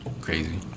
crazy